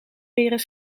leren